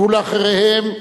ואחריהם,